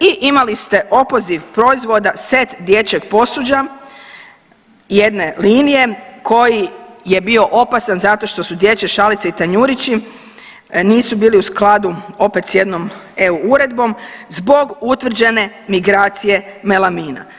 I imali ste opoziv proizvoda set dječjeg posuđa jedne linije koji je bio opasan zato što su dječje šalice i tanjurići nisu bili u skladu s opet jednom EU uredbom zbog utvrđene migracije melamina.